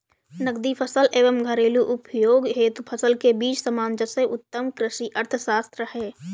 नकदी फसल एवं घरेलू उपभोग हेतु फसल के बीच सामंजस्य उत्तम कृषि अर्थशास्त्र है